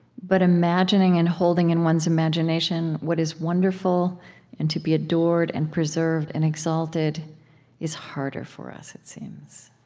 but imagining, and holding in one's imagination what is wonderful and to be adored and preserved and exalted is harder for us, it seems.